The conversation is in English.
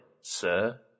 sir